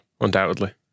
undoubtedly